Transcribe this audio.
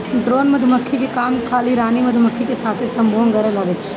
drone मधुमक्खी के काम खाली रानी मधुमक्खी के साथे संभोग करल हवे